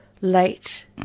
late